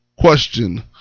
Question